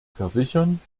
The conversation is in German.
versichern